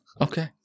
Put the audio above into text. Okay